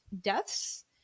deaths